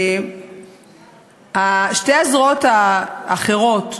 שתי הזרועות האחרות,